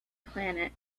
planet